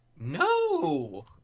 No